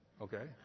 Okay